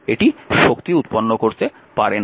এটি শক্তি উৎপন্ন করতে পারে না